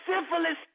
syphilis